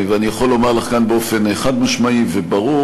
אני יכול לומר לך כאן באופן חד-משמעי וברור